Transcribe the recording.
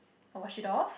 I wash it off